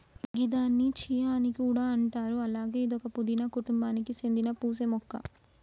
గిదాన్ని చియా అని కూడా అంటారు అలాగే ఇదొక పూదీన కుటుంబానికి సేందిన పూసే మొక్క